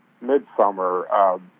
mid-summer